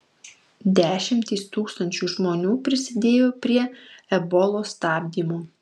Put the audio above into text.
dešimtys tūkstančių žmonių prisidėjo prie ebolos stabdymo